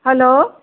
hello